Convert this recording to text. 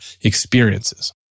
experiences